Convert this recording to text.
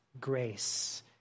grace